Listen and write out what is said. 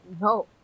No